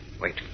Wait